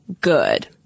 good